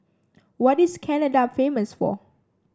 what is Canada famous for